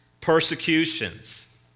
persecutions